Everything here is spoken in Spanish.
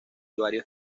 varios